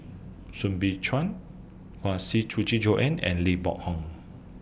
Soo Bin Chuan Huang Joan and Lee Boa Home